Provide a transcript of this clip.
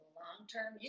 long-term